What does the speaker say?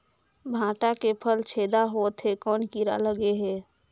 भांटा के फल छेदा होत हे कौन कीरा लगे हे?